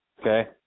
okay